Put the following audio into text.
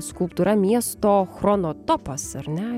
skulptūra miesto chronotopas ar ne